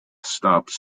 stopped